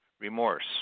remorse